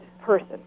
person